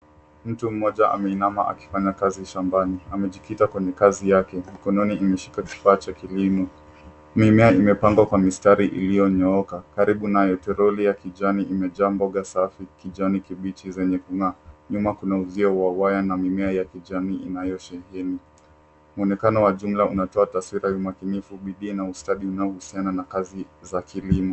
Mtu mmoja ameinama akifanya kazi shambani. Amejikita kwenye kazi yake, mkononi ameshika kifaa cha kilimo. Mimea imepandwa kwa mstari ulionyooka. Karibu nayo toroli ya kijani imejaa mboga safi kijani kibichi zenye kung'aa. Nyuma kuna uzio wa waya na mimea ya kijani inayosheheni. Muonekano wa jumla unatoa taswira makinifu ya bidii na ustawi unaohusiana na kazi za kilimo.